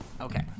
Okay